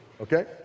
okay